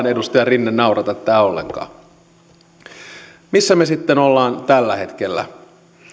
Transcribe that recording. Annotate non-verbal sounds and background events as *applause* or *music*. *unintelligible* edustaja rinne ei naurata tämä ollenkaan missä me sitten olemme tällä hetkellä